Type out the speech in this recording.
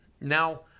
Now